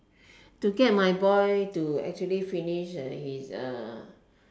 to get my boy to actually finish uh his uh